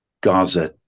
Gaza